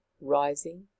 rising